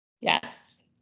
Yes